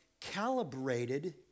calibrated